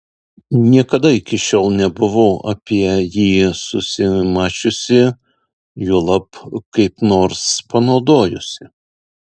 niekada iki šiol nebuvau apie jį susimąsčiusi juolab kaip nors panaudojusi